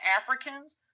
Africans